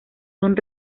son